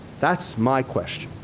that's my question.